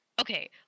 okay